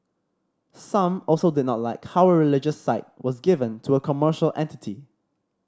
some also did not like how a religious site was given to a commercial entity